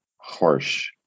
harsh